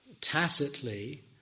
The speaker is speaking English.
tacitly